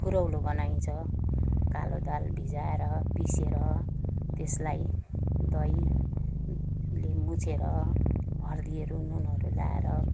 फुरौलो बनाइन्छ कालो दाल भिजाएर पिसेर त्यसलाई दहीले मुछेर हर्दीहरू नुनहरू लगाएर